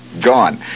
gone